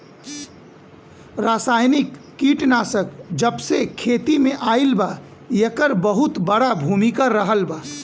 रासायनिक कीटनाशक जबसे खेती में आईल बा येकर बहुत बड़ा भूमिका रहलबा